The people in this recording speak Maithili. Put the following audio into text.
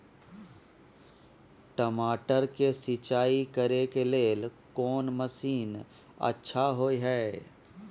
टमाटर के सिंचाई करे के लेल कोन मसीन अच्छा होय है